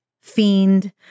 fiend